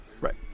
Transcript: Right